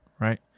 right